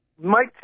Mike